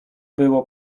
było